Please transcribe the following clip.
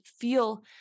feel